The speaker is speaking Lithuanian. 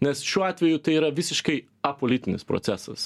nes šiuo atveju tai yra visiškai apolitinis procesas